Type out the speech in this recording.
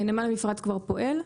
נמל המפרץ כבר פועל.